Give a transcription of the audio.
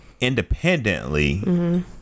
independently